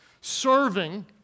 Serving